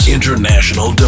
International